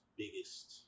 biggest